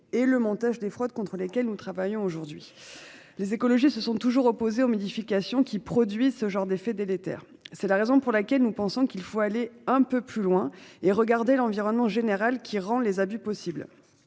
et le montage des fraudes. Contre lesquels nous travaillons aujourd'hui. Les écologistes se sont toujours opposés aux modifications qui produit ce genre d'effets délétères. C'est la raison pour laquelle nous pensons qu'il faut aller un peu plus loin et regardez l'environnement général qui rend les abus possibles.